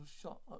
shot